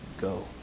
go